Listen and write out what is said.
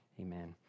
amen